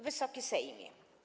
Wysoki Sejmie!